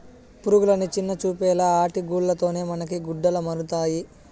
పురుగులని చిన్నచూపేలా ఆటి గూల్ల తోనే మనకి గుడ్డలమరుతండాయి